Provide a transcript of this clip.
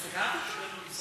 סגרת איתו?